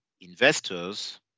investors